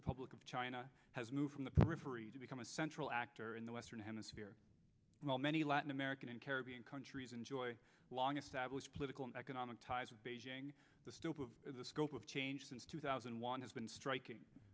republic of china has moved from the periphery to become a central actor in the western hemisphere while many latin american and caribbean countries enjoy long established political and economic ties with beijing the stop of the scope of change since two thousand and one has been striking